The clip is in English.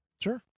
Sure